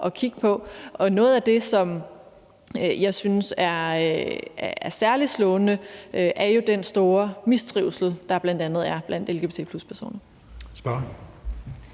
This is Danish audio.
at kigge på. Noget af det, som jeg synes er særlig slående, er jo den store mistrivsel, der bl.a. er blandt